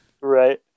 Right